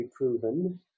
proven